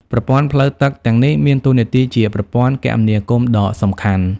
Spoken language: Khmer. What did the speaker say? ប្រព័ន្ធផ្លូវទឹកទាំងនេះមានតួនាទីជាប្រព័ន្ធគមនាគមន៍ដ៏សំខាន់។